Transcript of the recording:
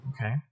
okay